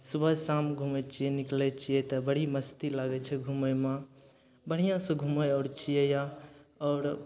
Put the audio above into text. सुबह शाम घुमय छियै निकलय छियै तऽ बड़ी मस्ती लागय छै घुमयमे बढ़िआँसँ घुमय आओर छियै या आओर